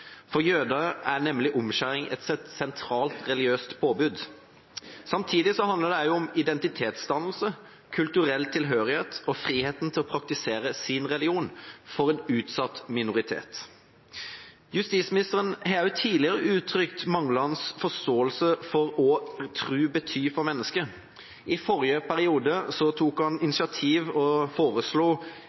for jøder er omskjæring nemlig et sentralt religiøst påbud. Samtidig handler det om identitetsdannelse, kulturell tilhørighet og friheten til å praktisere sin religion for en utsatt minoritet. Justisministeren har tidligere uttrykt manglende forståelse for hva tro betyr for mennesker. I forrige periode tok han initiativ til og